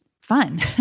fun